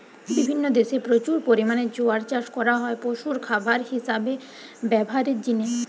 বিভিন্ন দেশে প্রচুর পরিমাণে জোয়ার চাষ করা হয় পশুর খাবার হিসাবে ব্যভারের জিনে